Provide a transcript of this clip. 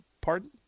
Pardon